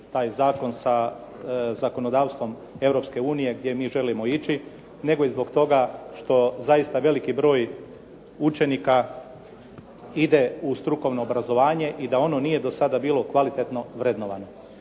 taj zakon sa zakonodavstvom Europske unije gdje mi želimo ići, nego i zbog toga što zaista veliki broj učenika ide u strukovno obrazovanje i da ono nije do sada bilo kvalitetno vrednovano.